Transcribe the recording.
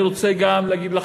אני רוצה גם להגיד,